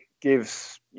gives